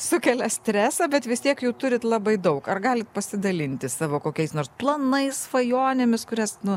sukelia stresą bet vis tiek jų turit labai daug ar galit pasidalinti savo kokiais nors planais svajonėmis kurias nu